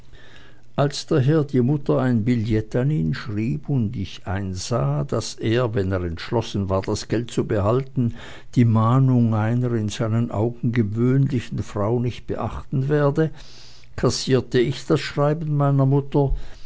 als daher die mutter ein billett an ihn schrieb und ich einsah daß er wenn er entschlossen war das geld zu behalten die mahnung einer in seinen augen gewöhnlichen frau nicht beachten werde kassierte ich das schreiben meiner mutter